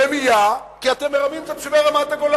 רמייה, כי אתם מרמים את תושבי רמת-הגולן.